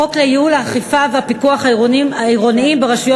חוק לייעול האכיפה והפיקוח העירוניים ברשויות